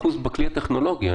בכלי הטכנולוגי.